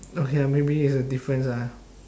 okay ya maybe it's a difference ah